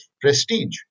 prestige